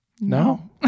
No